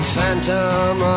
Phantom